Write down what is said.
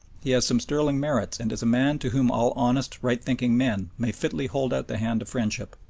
he has some sterling merits and is a man to whom all honest, right-thinking men may fitly hold out the hand of friendship.